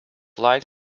like